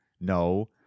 no